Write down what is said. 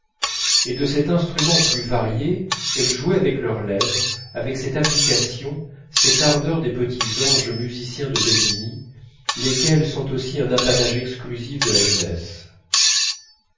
et de cet instrument plus varié elles jouaient avec leurs lèvres avec cette application cette ardeur des petits anges musiciens de bellini lesquelles sont aussi un apanage exclusif de la jeunesse